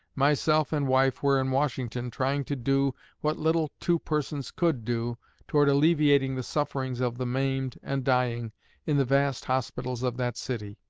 myself and wife were in washington trying to do what little two persons could do toward alleviating the sufferings of the maimed and dying in the vast hospitals of that city.